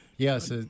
Yes